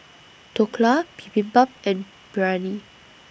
Dhokla Bibimbap and Biryani